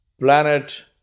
planet